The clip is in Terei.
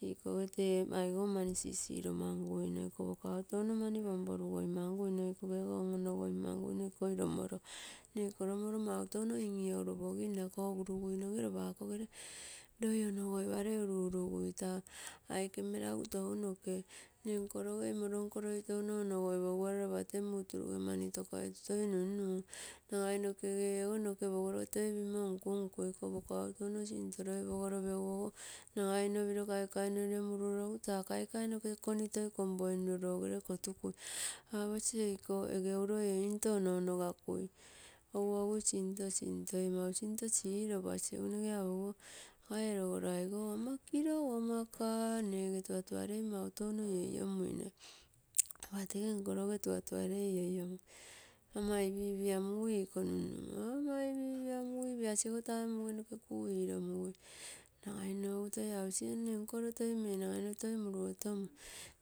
Ikoge tee aigou mani sisilamamguino, ikopoko au touno mani pongporugoi manguino, iko gego on-onogoi manui ino ikoi iomoro nne iko lomoro mau touno in-iouopogimna koguruguino ne lopa akogere loi onogoipalei uru-uru gui taa aike malagu tounoke, mne nkoioge imolonko lai touno onogoipogiguara lopate muu turuge mani tokasi toi numnum. Nagai nokege ogo, noke pogolo toi pimo nkunkui iko poko au touno sinto loi pogolo piro go nagai kaikai norilo mururologu nagai toi taa kaikai noke koni kompoinuio logere kotukui. Apasi eiko euro einto en-onogakui, ogui ogui sinto, sinto ei mau sinto siro pasi egu mge apogiguo aga ue logoro aigou ama kilo gomaka, kilo gomaka mne ege tuatuarei mau tou ioiomui. Lopate gee nko loge tuatuarei ioiomui, ama ipipiamuguiiko nunnumo ama ipipiamubui ipia sigo tai muge noke kuiilomugui. Nagai no toi aposi aga mne nko loo toi mei, nagai toi murueta mui